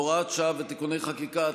(הוראת שעה ותיקוני חקיקה),